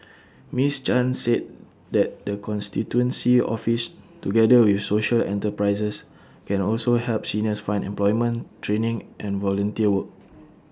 miss chan said the constituency office together with social enterprises can also help seniors find employment training and volunteer work